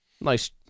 Nice